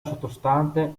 sottostante